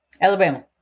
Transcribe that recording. Alabama